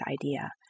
idea